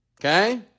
Okay